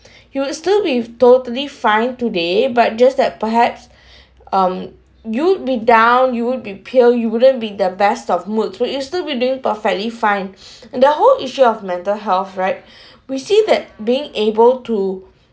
you will still be totally fine today but just that perhaps um you would be down you would be pilled you wouldn't be the best of mood but you still be doing perfectly fine and the whole issue of mental health right we see that being able to